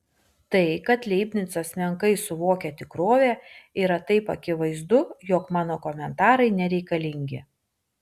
tai kad leibnicas menkai suvokia tikrovę yra taip akivaizdu jog mano komentarai nereikalingi